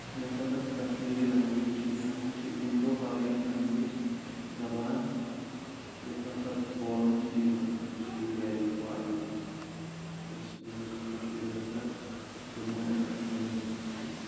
یۄس ہسا کَشمیٖری لنٛگویج چھِ یہِ ہسا چھِ اندو آرین لنٛگویج زبان یتھ ہسا بولنہٕ چھِ یِوان کٔشیٖر ویلی وادی منٛز یۄس یُس کٔشیٖر ہسا جموں اینڈ کشمیٖرس منٛز چھِ